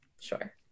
Sure